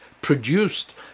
produced